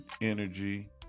energy